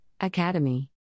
academy